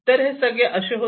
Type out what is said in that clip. तर हे सगळे असे होते